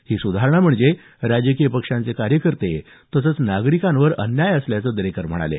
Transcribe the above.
ही सुधारणा म्हणजे राजकीय पक्षांचे कार्यकर्ते तसंच नागरिकांवर अन्याय असल्याचं दरेकर म्हणाले